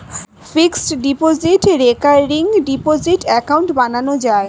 fixed deposit, recurring deposit account বানানো যায়